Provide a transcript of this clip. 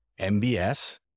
MBS